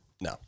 No